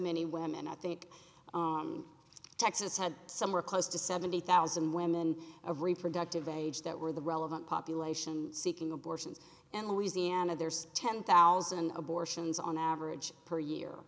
many women i think texas had somewhere close to seventy thousand women of reproductive age that were the relevant population seeking abortions in louisiana there's ten thousand abortions on average per